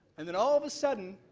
and then all of a sudden,